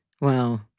Wow